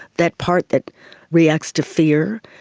that part that reacts to fear,